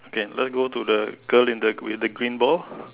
can let's go to the girl with the green ball